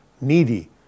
Needy